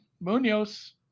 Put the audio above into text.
Munoz